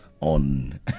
on